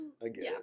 again